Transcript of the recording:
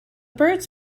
birds